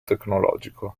tecnologico